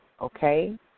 Okay